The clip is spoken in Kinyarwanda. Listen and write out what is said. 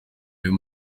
uyu